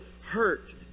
hurt